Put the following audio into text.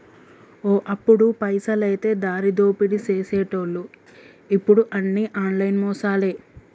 ఓ అప్పుడు పైసలైతే దారిదోపిడీ సేసెటోళ్లు ఇప్పుడు అన్ని ఆన్లైన్ మోసాలే